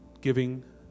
giving